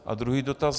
A druhý dotaz.